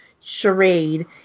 charade